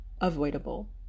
avoidable